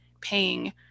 paying